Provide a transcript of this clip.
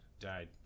died